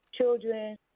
children